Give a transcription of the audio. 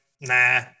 nah